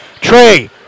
Trey